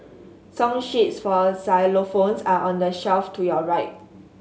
song sheets for xylophones are on the shelf to your right